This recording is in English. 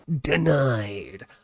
denied